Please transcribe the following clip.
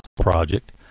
project